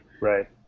Right